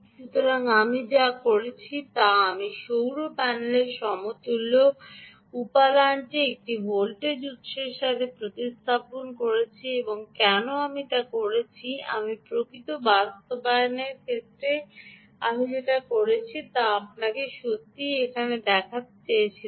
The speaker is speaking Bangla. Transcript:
সুতরাং আমি যা করেছি তা আমি সৌর প্যানেলের সমতুল্য উপাদানটি একটি ভোল্টেজ উত্সের সাথে প্রতিস্থাপন করেছি এবং কেন আমি তা করেছি কারণ আমি প্রকৃত বাস্তবায়নের ক্ষেত্রে আমি কী করেছি তা আমি আপনাকে সত্যিই দেখাতে চেয়েছিলাম